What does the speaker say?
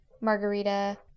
margarita